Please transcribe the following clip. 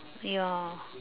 ya